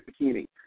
bikini